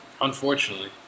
Unfortunately